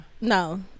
no